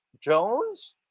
Jones